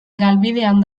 galbidean